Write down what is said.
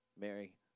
Mary